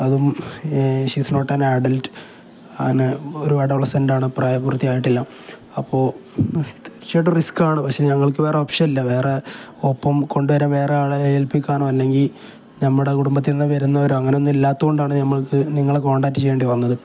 അതും she is not an adult അങ്ങനെ ഒരു അഡോളസെന്റ് ആണ് പ്രായപൂർത്തിയായിട്ടില്ല അപ്പോള് തീര്ച്ചയായിട്ടും റിസ്ക്കാണ് പക്ഷെ ഞങ്ങൾക്ക് വേറെ ഓപ്ഷൻ ഇല്ല വേറെ ഒപ്പം കൊണ്ടുവരാൻ വേറെയാളെ ഏൽപ്പിക്കാനോ അല്ലെങ്കില് ഞങ്ങളുടെ കുടുംബത്തില് നിന്ന് വരുന്നവരോ അങ്ങനെയൊന്നുമില്ലാത്തത് കൊണ്ടാണ് ഞങ്ങൾക്ക് നിങ്ങളെ കോൺടാക്ട് ചെയ്യേണ്ടിവന്നത്